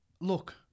look